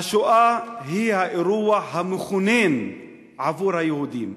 השואה היא האירוע המכונן עבור היהודים,